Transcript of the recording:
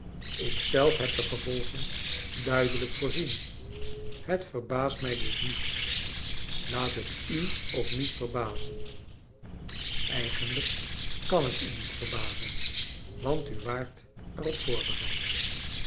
zelf heb de gevolgen duidelijk voorzien het verbaast mij dus niets laat het u ook niet verbazen eigenlijk kan het u niet verbazen want u waart er op voorbereid